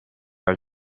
are